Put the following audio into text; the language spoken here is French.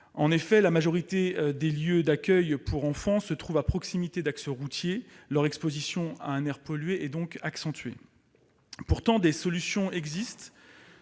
En effet, la majorité des lieux d'accueil pour enfants se trouvant à proximité d'axes routiers, leur exposition à un air pollué est donc accentuée. Pourtant, des solutions existent